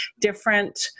different